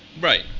Right